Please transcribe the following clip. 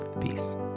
Peace